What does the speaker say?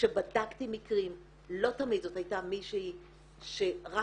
כשבדקתי מקרים לא תמיד זאת הייתה מישהי שרק